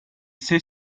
c’est